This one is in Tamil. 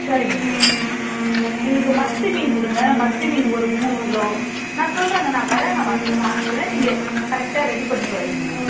சரிங்க சரிங்க எங்களுக்கு மத்தி மீன் கொடுங்க மத்தி மீன் ஒரு மூணு கிலோ நான் சொல்கிறேங்க நான் வரேன் நான் வந்து வாங்கிக்கிறேன் நீங்கள் கரெக்டாக ரெடி பண்ணி வைங்க